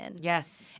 Yes